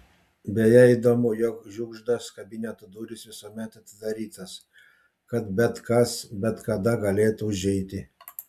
beje įdomu jog žiugždos kabineto durys visuomet atidarytos kad bet kas bet kada galėtų užeiti